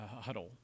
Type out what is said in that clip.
huddle